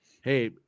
Hey